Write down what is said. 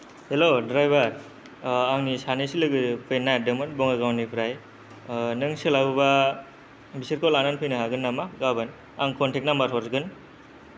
hello driver आंनि सानैसो लोगो फैनो नागिरदोंमोन बङाइगावनिफ्राय नों सोलाबोबा बिसोरखौ लानानै फैनो हागोन नामा गाबोन आं कन्तेक्ट नाम्बार हरगोन